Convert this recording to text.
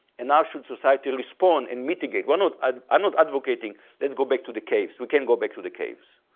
and ah should society respond and mitigate? ah ah i'm not advocating, let's go back to the caves, we can't go back to the caves.